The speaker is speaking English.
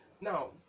now